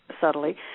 subtly